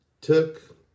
took